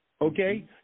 okay